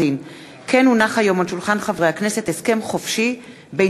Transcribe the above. כמו כן הונח היום על שולחן הכנסת הסכם חופשי בין